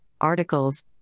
articles